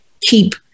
keep